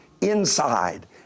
inside